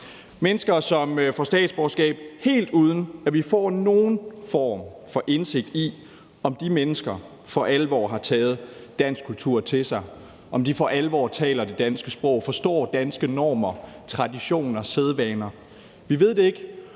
mennesker, som får statsborgerskab, helt uden at vi får nogen form for indsigt i, om de mennesker for alvor har taget dansk kultur til sig, om de for alvor taler det danske sprog, eller om de forstår danske normer, traditioner og sædvaner. Vi ved det ikke,